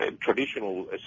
traditional